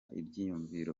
ibyiyumviro